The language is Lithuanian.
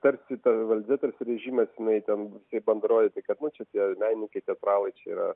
tarsi ta valdžia tarsi režimas jinai ten jisai bando rodyti kad nu čia tie menininkai teatralai čia yra